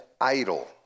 idol